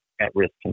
at-risk